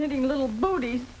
knitting little booties